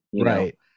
right